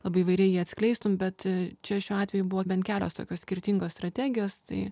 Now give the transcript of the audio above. labai įvairiai jį atskleistum bet čia šiuo atveju buvo bent kelios tokios skirtingos strategijos tai